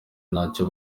ntacyo